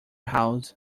house